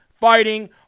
fighting